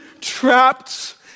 trapped